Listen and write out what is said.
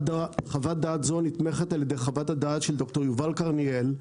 חוות דעת זו נתמכת על ידי חוות הדעת של ד"ר יובל קרניאל,